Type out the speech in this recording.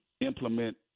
implement